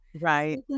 Right